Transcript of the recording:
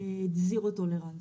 זירו טולרנס,